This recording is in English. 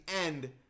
end